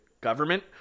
government